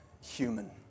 human